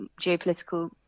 geopolitical